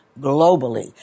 globally